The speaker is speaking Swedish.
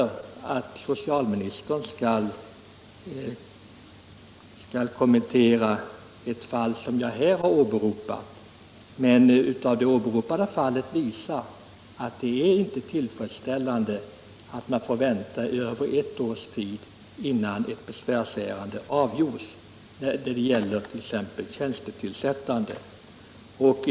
Jag begär naturligtvis inte att justitieministern skall kommentera ett fall som jag här har åberopat, men det är inte tillfredsställande att få vänta i över ett års tid innan ett besvärsärende, t.ex. ett tjänstetillsättningsärende, avgörs.